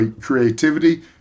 creativity